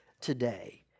today